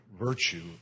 virtue